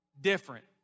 different